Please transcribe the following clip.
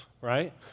right